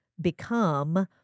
become